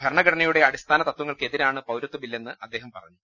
ഭരണഘടനയുടെ അടിസ്ഥാന തത്വങ്ങൾക്കെ തിരാണ് പൌരത്വബില്ലെന്ന് അദ്ദേഹം പറഞ്ഞു